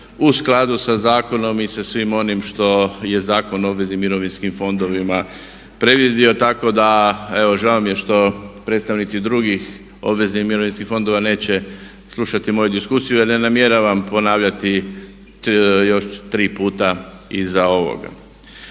u skladu sa zakonom i sa svim onim što je Zakon o obveznim mirovinskim fondovima predvidio tako da evo žao mi je što predstavnici drugih obveznih mirovinskih fondova neće slušati moju diskusiju jer ja ne namjeravam ponavljati još tri puta iza ovoga.